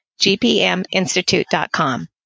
gpminstitute.com